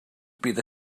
bydd